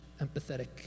empathetic